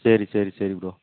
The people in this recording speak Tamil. சரி சரி சரி ப்ரோ